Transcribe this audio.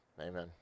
Amen